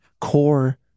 core